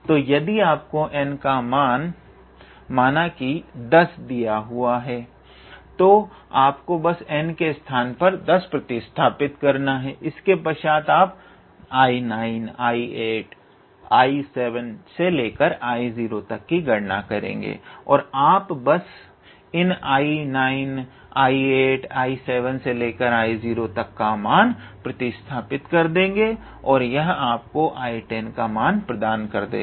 तो यदि आपको n का मान माना कि n10 दिया हुआ है तो आपको बस n के स्थान पर 10 को प्रतिस्थापित करना है उसके पश्चात आप 𝐼9 𝐼8 𝐼7 से लेकर 𝐼0 तक की गणना करेंगे और आप बस इन 𝐼9 𝐼8 𝐼7 से लेकर 𝐼0 तक का मान प्रतिस्थापित कर देंगे और यह आपको 𝐼10 का मान प्रदान कर देगा